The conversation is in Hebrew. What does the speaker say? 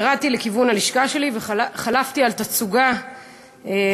ירדתי לכיוון הלשכה שלי וחלפתי על פני תצוגה מקסימה